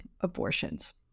abortions